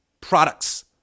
products